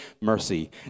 mercy